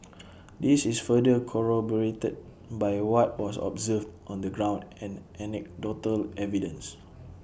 this is further corroborated by what was observed on the ground and anecdotal evidence